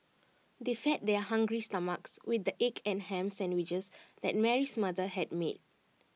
they fed their hungry stomachs with the egg and Ham Sandwiches that Mary's mother had made